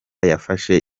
yafashe